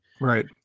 Right